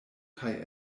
kaj